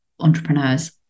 entrepreneurs